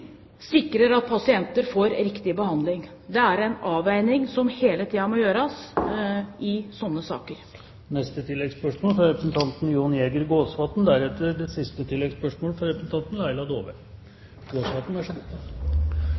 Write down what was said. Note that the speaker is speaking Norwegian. sikrer at pasienter får riktig behandling. Det er en avveining som hele tiden må gjøres i slike saker. Jon Jæger Gåsvatn – til oppfølgingsspørsmål. Som det